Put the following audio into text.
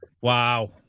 Wow